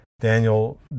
Daniel